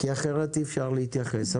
אחרת אי אפשר להתייחס.